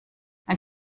ein